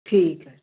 ਠੀਕ ਹੈ